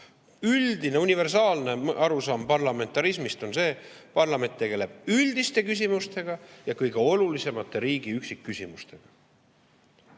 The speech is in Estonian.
Üldine universaalne arusaam parlamentarismist on see: parlament tegeleb üldiste küsimustega ja kõige olulisemate riigi üksikküsimustega.